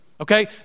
Okay